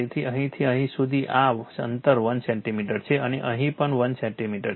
તેથી અહીંથી અહીં સુધી આ અંતર 1 સેન્ટિમીટર છે અને અહીં પણ 1 સેન્ટિમીટર છે